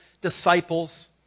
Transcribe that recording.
disciples